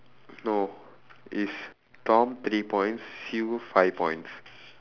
no it's tom three points sue five points